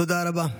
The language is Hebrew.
תודה רבה.